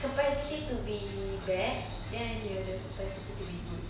capacity to be bad then you have the capacity to be good